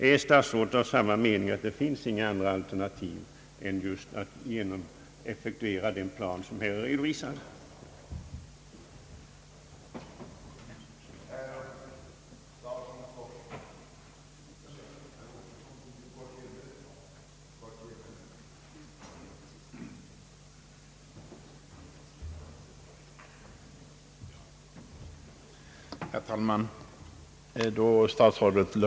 är herr statsrådet av samma mening, att det inte finns något annat alternativ än att den plan som här är redovisad måste effektueras?